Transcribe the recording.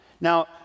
Now